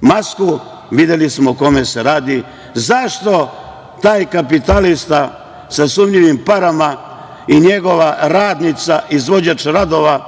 masku, videli smo o kome se radi.Zašto taj kapitalista sa sumnjivim parama i njegova radnica, izvođač radova,